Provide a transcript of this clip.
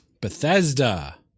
Bethesda